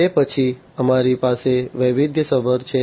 તે પછી અમારી પાસે વૈવિધ્યસભર છે